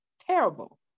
terrible